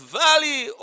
valley